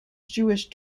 jewish